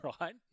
right